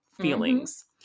feelings